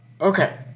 okay